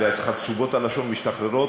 ואז חרצובות הלשון משתחררות,